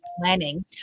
planning